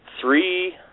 Three